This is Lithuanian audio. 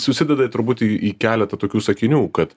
susideda turbūt į į keletą tokių sakinių kad